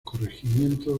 corregimiento